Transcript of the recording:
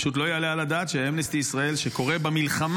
פשוט לא יעלה על הדעת שאמנסטי ישראל שקורא במלחמה,